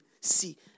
see